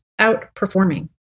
outperforming